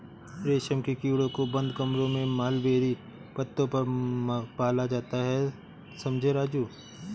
रेशम के कीड़ों को बंद कमरों में मलबेरी पत्तों पर पाला जाता है समझे राजू